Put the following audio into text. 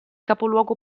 capoluogo